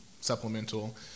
supplemental